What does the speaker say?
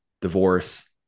Divorce